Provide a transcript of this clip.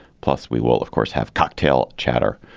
plus, we will, of course, have cocktail chatter